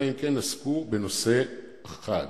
אלא אם כן עסקו בנושא אחד".